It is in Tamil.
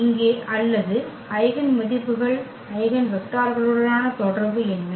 இங்கே அல்லது ஐகென் மதிப்புகள் ஐகென் வெக்டர்களுடனான தொடர்பு என்ன